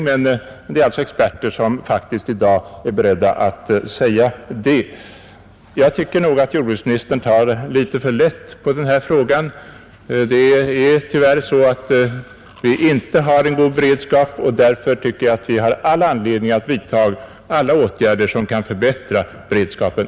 Men det finns alltså experter som i dag är beredda att göra det påståendet. Jag tycker nog att jordbruksministern tar litet för lätt på denna fråga. Tyvärr har vi inte en god beredskap, och därför har vi stor anledning att vidta alla åtgärder som kan förbättra densamma.